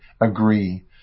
agree